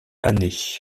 années